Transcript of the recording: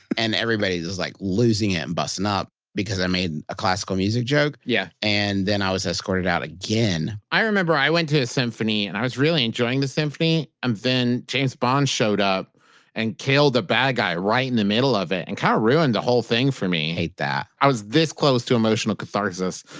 and, everybody is is like losing it and busting up because i made a classical music joke. yeah and then, i was escorted out again i remember, i went to a symphony, and i was really enjoying the symphony, and then james bond showed up and killed a bad guy right in the middle of it, and kind of ruined the whole thing for me hate that i was this close to emotional catharsis,